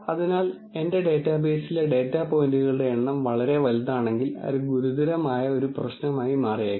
അതിനാൽ എന്റെ ഡാറ്റാബേസിലെ ഡാറ്റാ പോയിന്റുകളുടെ എണ്ണം വളരെ വലുതാണെങ്കിൽ അത് ഗുരുതരമായ ഒരു പ്രശ്നമായി മാറിയേക്കാം